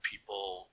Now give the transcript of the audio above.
people